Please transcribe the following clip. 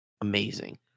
amazing